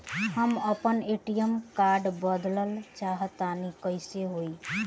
हम आपन ATM card बदलल चाह तनि कइसे होई?